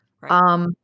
Right